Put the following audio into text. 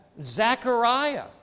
Zechariah